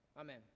amen